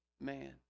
man